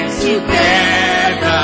Together